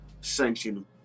sanctioned